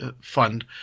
fund